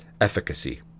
efficacy